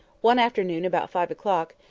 one afternoon, about five o'clock,